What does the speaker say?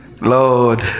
Lord